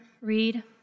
read